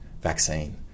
vaccine